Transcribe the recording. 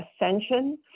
Ascension